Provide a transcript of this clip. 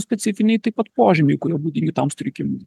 specifiniai taip pat požymiai kurie būdingi tam sutrikimui